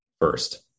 first